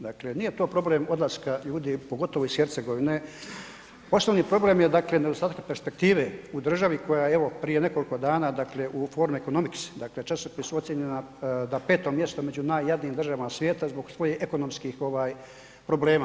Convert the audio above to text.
Dakle, nije to problem odlaska ljudi pogotovo iz Hercegovine, osnovi problem je dakle nedostatak perspektive u državi koja evo prije nekoliko dana dakle u Form economics dakle časopisu ocijenjena da 5 mjesto među najjadnijima državama svijeta zbog svojih ekonomskih problema.